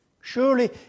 Surely